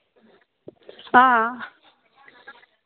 हां